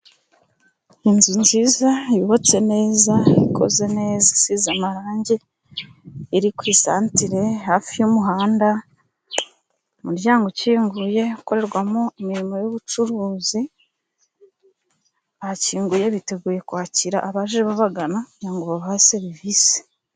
Inzu nziza ,yubatse neza, ikoze neza ,isize amarangi ,iri ku isantire hafi y'umuhanda ,umuryango ukinguye ukorerwamo imirimo y'ubucuruzi ,bakinguye biteguye kwakira abaje babagana kugira ngo babahe serivisi.